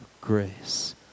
grace